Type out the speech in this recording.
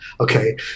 Okay